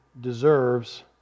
deserves